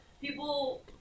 people